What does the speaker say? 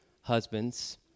husbands